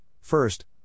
first